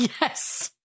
Yes